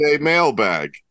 mailbag